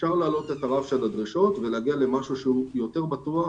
אפשר להעלות את הרף של הדרישות ולהגיע למשהו שהוא יותר בטוח.